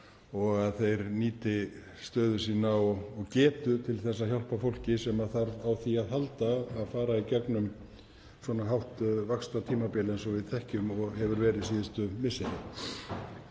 og að þeir nýti stöðu sína og getu til þess að hjálpa fólki sem þarf á því að halda að fara í gegnum svona hátt vaxtatímabil eins og við þekkjum og hefur verið síðustu misseri.